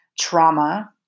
trauma